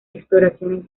exploraciones